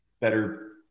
better